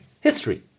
History